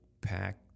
pack